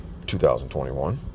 2021